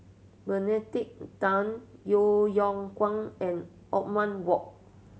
Benedict Tan Yeo Yeow Kwang and Othman Wok